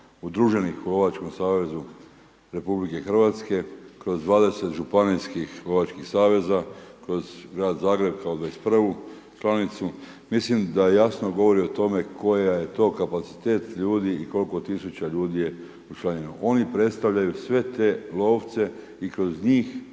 udruženih u Lovačkom savezu RH kroz 20 županijskih lovačkih saveza, kroz Grad Zagreb kao 21. članicu. Mislim da jasno govori o tome koji je to kapacitet ljudi i koliko tisuća ljudi je učlanjeno. Oni predstavljaju sve te lovce i kroz njih